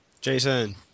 Jason